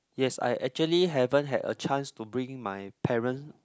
yes I actually haven't had a chance to bring my parent